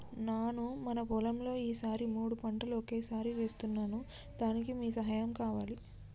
నాను మన పొలంలో ఈ సారి మూడు పంటలు ఒకేసారి వేస్తున్నాను దానికి మీ సహాయం కావాలి